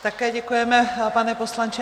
Také děkujeme, pane poslanče.